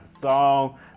song